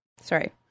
sorry